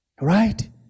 Right